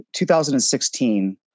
2016